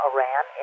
Iran